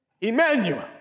Emmanuel